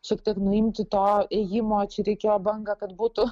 šiek tiek nuimti to ėjimo čia reikėjo banga kad būtų